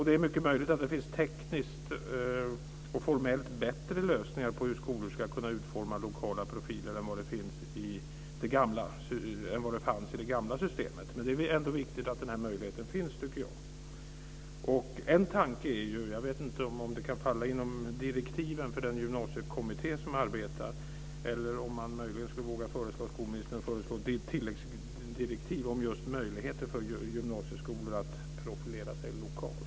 Det är möjligt att det finns tekniskt och formellt bättre lösningar på hur skolor ska kunna utforma lokala profiler än vad det fanns i det gamla systemet. Det är ändå viktigt att möjligheten finns. Jag vet inte om detta kan falla inom direktiven för den gymnasiekommitté som arbetar eller om det möjligen går att föreslå att skolministern ger tilläggsdirektiv om möjligheter för gymnasieskolor att profilera sig lokalt.